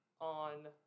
on